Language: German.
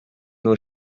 nur